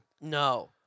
No